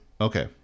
Okay